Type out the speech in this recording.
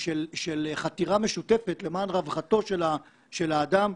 של חתירה משותפת למען רווחתו של האדם,